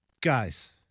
guys